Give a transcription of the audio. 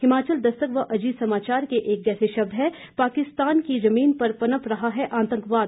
हिमाचल दस्तक व अजीत समाचार के एक जैसे शब्द हैं पाकिस्तान की जमीन पर पनप रहा है आतंकवाद